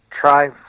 Try